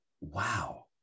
Wow